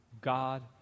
God